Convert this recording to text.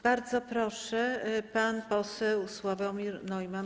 Bardzo proszę, pan poseł Sławomir Neumann.